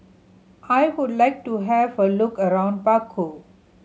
I would like to have a look around Baku